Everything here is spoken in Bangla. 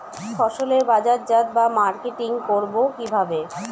ফসলের বাজারজাত বা মার্কেটিং করব কিভাবে?